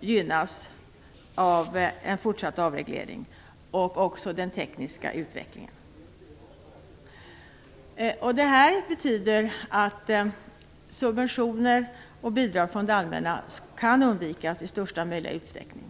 gynnas av en fortsatt avreglering, liksom den tekniska utvecklingen. Det här betyder att subventioner och bidrag från det allmänna kan undvikas i största möjliga utsträckning.